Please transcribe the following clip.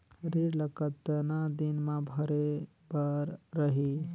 ऋण ला कतना दिन मा भरे बर रही?